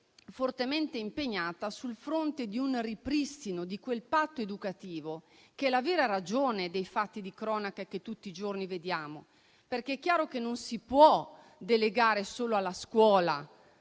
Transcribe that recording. fortemente impegnata sul fronte di un ripristino di quel patto educativo il cui venir meno è la vera ragione dei fatti di cronaca cui tutti i giorni assistiamo, perché è chiaro che non si possono delegare alla sola scuola